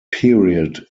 period